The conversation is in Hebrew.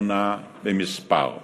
ניצחון אסטרטגי אינו רק הדיפת